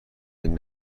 این